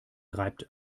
reibt